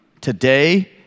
today